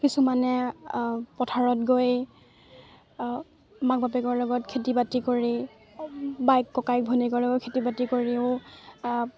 কিছুমানে পথাৰত গৈ মাক বাপেকৰ লগত খেতি বাতি কৰি বায়েক ককায়েক ভনীয়েকৰ লগত খেতি বাতি কৰিও